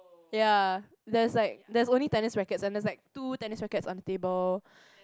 ya there's like there's only tennis rackets and there's like two tennis rackets on the table